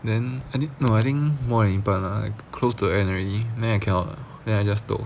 then eh no I think more than 一半 lah like close to end already then I cannot lah then I just toh